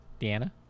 Deanna